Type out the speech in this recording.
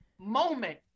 moment